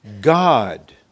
God